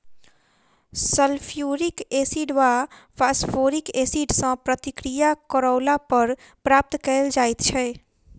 sulphuric acid वा phosphoric acid सॅ प्रतिक्रिया करौला पर प्राप्त कयल जाइत छै